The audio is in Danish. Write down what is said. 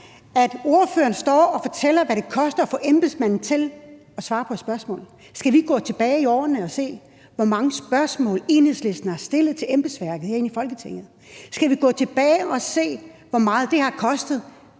at ordføreren står og fortæller, hvad det koster at få embedsmanden til at svare på et spørgsmål. Skal vi gå tilbage i årene og se, hvor mange spørgsmål Enhedslisten har stillet til embedsværket herinde i Folketinget? Skal vi gå tilbage og se, hvor meget det har kostet,